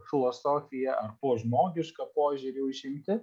filosofiją ar po žmogišką požiūrį užimti